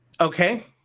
Okay